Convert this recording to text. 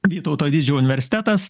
vytauto didžiojo universitetas